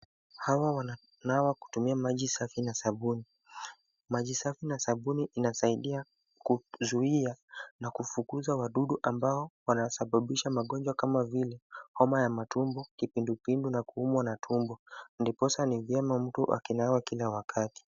Hawa wananawa kutumia maji safi na sabuni, maji safi na sabuni inasaidia kuzuia na kufukuza wadudu ambao wanasababisha magonjwa kama vile homa ya matumbo, kipindupindu na kuumwa na tumbo, ndiposa ni vyema mtu akinawa kila wakati.